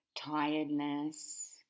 tiredness